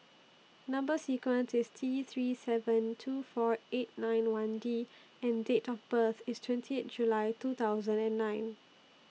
Number sequence IS T three seven two four eight nine one D and Date of birth IS twenty eight July two thousand and nine